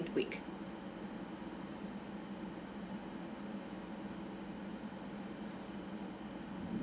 week